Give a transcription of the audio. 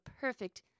perfect